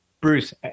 Bruce